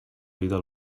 vida